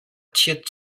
chiat